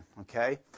okay